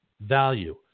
value